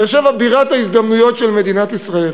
באר-שבע, בירת ההזדמנויות של מדינת ישראל.